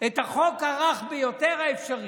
את החוק הרך ביותר האפשרי: